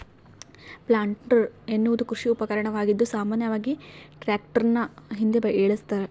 planter ಎನ್ನುವುದು ಕೃಷಿ ಉಪಕರಣವಾಗಿದ್ದು ಸಾಮಾನ್ಯವಾಗಿ ಟ್ರಾಕ್ಟರ್ನ ಹಿಂದೆ ಏಳಸ್ತರ